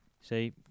See